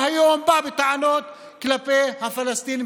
שהיום בא בטענות כלפי הפלסטינים,